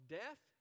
death